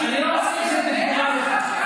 מה אתה משחק ברגשות?